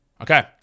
Okay